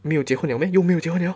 没有结婚了 meh 哟没有结婚了